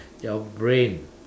your brain